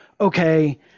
okay